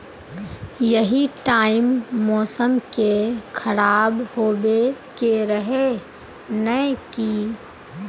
यही टाइम मौसम के खराब होबे के रहे नय की?